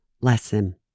lesson